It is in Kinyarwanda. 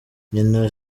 nyina